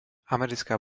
americká